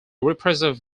repressive